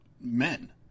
men